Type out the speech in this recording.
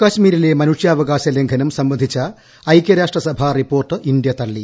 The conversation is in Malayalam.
ജമ്മുകാശ്മീരിലെ മനുഷ്യാവകാശ ലംഘനം സംബന്ധിച്ച ഐക്യരാഷ്ട്രസഭാ റിപ്പോർട്ട് ഇന്ത്യ തള്ളി